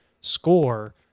score